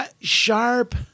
Sharp